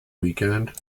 weekend